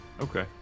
Okay